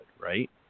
right